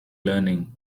learning